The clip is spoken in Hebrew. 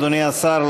אדוני השר,